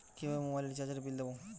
কিভাবে মোবাইল রিচার্যএর বিল দেবো?